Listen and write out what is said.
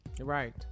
Right